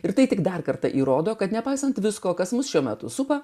ir tai tik dar kartą įrodo kad nepaisant visko kas mus šiuo metu supa